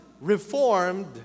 Reformed